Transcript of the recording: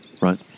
right